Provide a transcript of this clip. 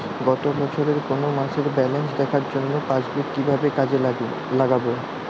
গত বছরের কোনো মাসের ব্যালেন্স দেখার জন্য পাসবুক কীভাবে কাজে লাগাব?